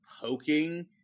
poking